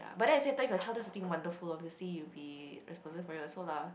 but then if your child does something wonderful obviously you'll be responsible for it also lah